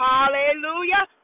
Hallelujah